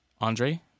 Andre